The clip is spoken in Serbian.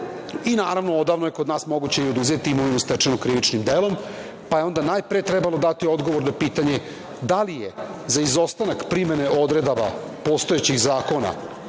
i naravno odavno je kod nas i moguće oduzeti imovinu stečenu krivičnim delom, pa je onda najpre trebalo dati odgovor na pitanje da li je za izostanak primene odredaba postojećih zakona